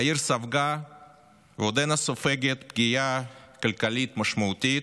העיר ספגה ועודנה סופגת פגיעה כלכלית משמעותית.